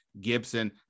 gibson